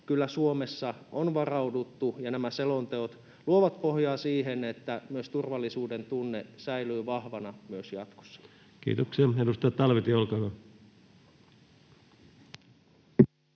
kyllä Suomessa on varauduttu, ja nämä selonteotkin luovat pohjaa siihen, että turvallisuudentunne säilyy vahvana myös jatkossa. Kiitoksia. — Edustaja Talvitie, olkaa hyvä.